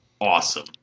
awesome